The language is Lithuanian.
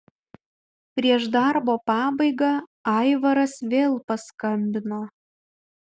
prieš darbo pabaigą aivaras vėl paskambino